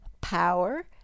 Power